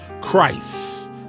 Christ